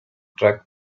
truck